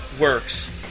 works